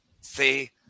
See